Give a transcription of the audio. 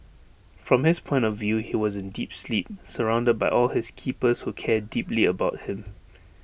from his point of view he was in deep sleep surrounded by all his keepers who care deeply about him